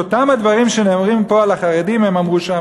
את אותם הדברים שנאמרים פה על החרדים הם אמרו שם